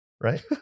Right